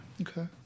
Okay